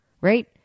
right